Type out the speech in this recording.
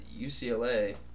UCLA